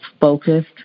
focused